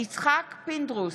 יצחק פינדרוס,